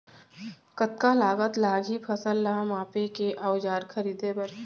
कतका लागत लागही फसल ला मापे के औज़ार खरीदे बर?